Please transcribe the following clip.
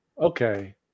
Okay